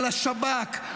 על השב"כ,